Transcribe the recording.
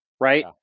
right